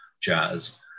jazz